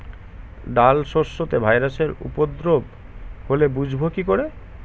ডাল শস্যতে ভাইরাসের উপদ্রব হলে বুঝবো কি করে?